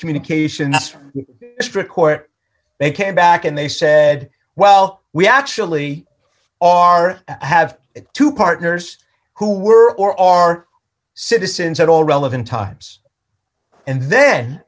communications from strict court they came back and they said well we actually are have two partners who were or are citizens at all relevant times and then